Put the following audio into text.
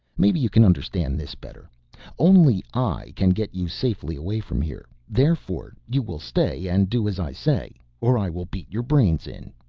maybe you can understand this better only i can get you safely away from here. therefore, you will stay and do as i say or i will beat your brains in.